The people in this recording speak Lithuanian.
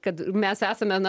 kad mes esame na